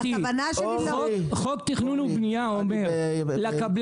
הכוונה שלי --- חוק תכנון ובנייה אומר לקבלן